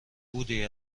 بودی